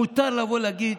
מותר לבוא להגיד: